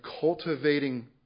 cultivating